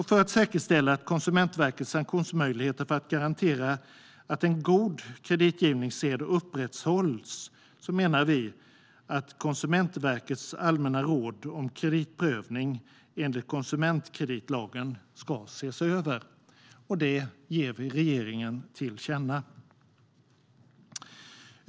För att säkerställa att Konsumentverkets sanktionsmöjligheter för att garantera att god kreditgivningssed upprätthålls menar vi att Konsumentverkets allmänna råd om kreditprövningen enligt konsumentkreditlagen ska ses över. Det ger vi regeringen till känna.